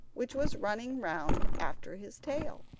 which was running round after his tail.